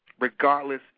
regardless